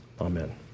amen